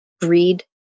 greed